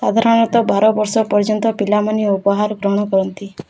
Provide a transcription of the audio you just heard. ସାଧାରଣତଃ ବାର ବର୍ଷ ପର୍ଯ୍ୟନ୍ତ ପିଲାମାନେ ଉପହାର ଗ୍ରହଣ କରନ୍ତି